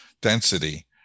density